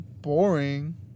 boring